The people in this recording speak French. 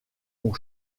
ont